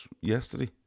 yesterday